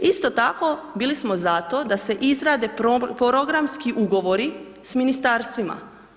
Isto tako bili smo za to da se izrade programski ugovori s ministarstvima.